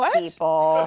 people